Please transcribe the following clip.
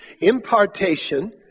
Impartation